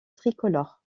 tricolore